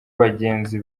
bagenzi